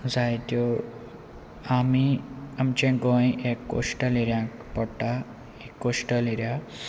जायत्यो आमी आमचे गोंय एक कोश्टल एऱ्याक पडटा एक कोश्टिल एरिया